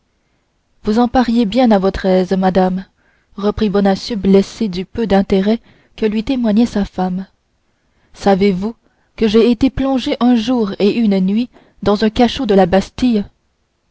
vous en parlez bien à votre aise madame reprit bonacieux blessé du peu d'intérêt que lui témoignait sa femme savez-vous que j'ai été plongé un jour et une nuit dans un cachot de la bastille